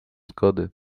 zgody